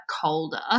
colder